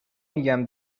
میگم